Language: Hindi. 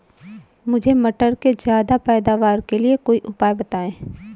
मुझे मटर के ज्यादा पैदावार के लिए कोई उपाय बताए?